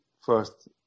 first